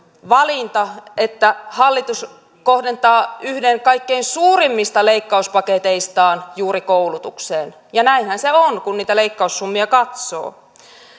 valinta että hallitus kohdentaa yhden kaikkein suurimmista leikkauspaketeistaan juuri koulutukseen ja näinhän se on kun niitä leikkaussummia katsoo